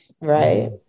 right